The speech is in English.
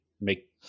make